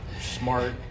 smart